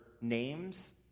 names